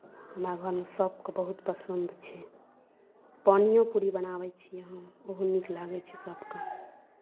हमरा घरमे सभकेँ बहुत पसन्द छै पानिओपूरी बनाबैत छी हम ओहो नीक लागैत छै सभकेँ